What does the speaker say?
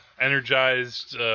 energized